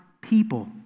people